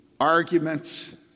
arguments